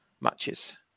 matches